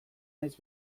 naiz